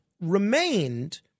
remained